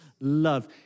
love